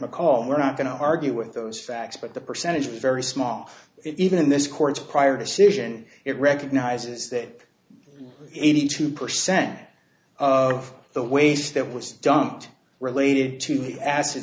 because we're not going to argue with those facts but the percentage is very small even in this court's prior decision it recognizes that eighty two percent of the waste that was dumped related to